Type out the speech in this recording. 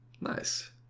nice